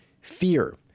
Fear